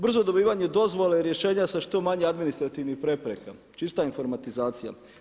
Brzo dobivanje dozvole, rješenja sa što manje administrativnih prepreka, čista informatizacija.